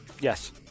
Yes